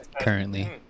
currently